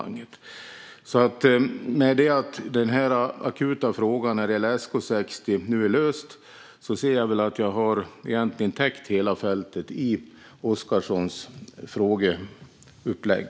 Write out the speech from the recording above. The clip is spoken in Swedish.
När den akuta frågan om SK 60 nu är löst ser jag att jag egentligen har täckt hela fältet i Oscarssons frågeupplägg.